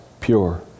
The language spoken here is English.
pure